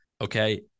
Okay